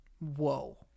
Whoa